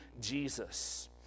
Jesus